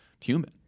human